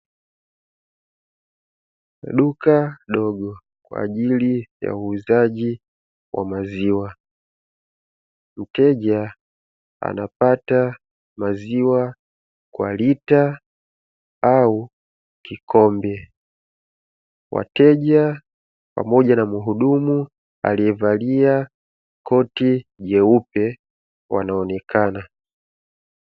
Duka dogo kwa ajili ya uuzaji wa maziwa, mteja anapata maziwa kwa lita au kikombe. Wateja pamoja na mhudumu aliyevalia koti jeupe wanaonekana.